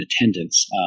attendance